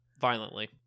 Violently